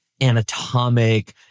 anatomic